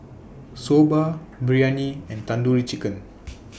Soba Biryani and Tandoori Chicken